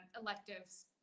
electives